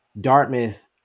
Dartmouth